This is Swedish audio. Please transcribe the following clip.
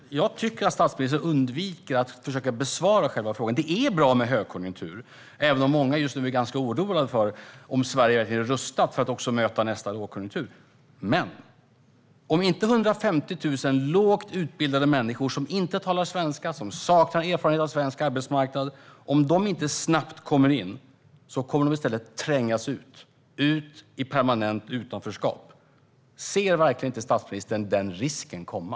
Fru talman! Jag tycker att statsministern försöker undvika att besvara själva frågan. Det är bra med högkonjunktur - även om många just nu är ganska oroade för om Sverige verkligen är rustat för att också möta nästa lågkonjunktur. Men om inte 150 000 lågt utbildade människor som inte talar svenska och saknar erfarenhet av svensk arbetsmarknad inte snabbt kommer in, då kommer de i stället att trängas ut - ut i permanent utanförskap. Ser statsministern verkligen inte den risken komma?